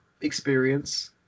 experience